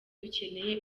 dukeneye